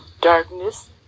darkness